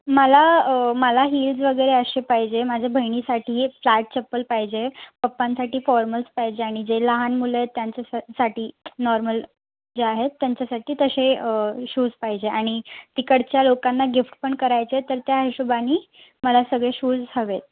मला मला हिल्स वगैरे असे पाहिजे माझ्या बहिणीसाठी एक फ्लॅट चप्पल पाहिजे पप्पांसाठी फॉर्मल्स पाहिजे आणि जे लहान मुलं आहेत त्यांच्यासाठी नॉर्मल जे आहेत त्यांच्यासाठी तसे शूज पाहिजे आणि तिकडच्या लोकांना गिफ्ट पण करायचे आहेत तर त्या हिशोबाने मला सगळे शूज हवेत